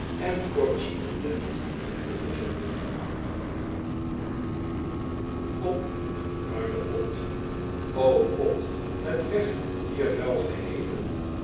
en correspondent wordt toegezonden op een vuilen pot pot met recht hier vuil geheeten